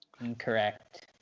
Incorrect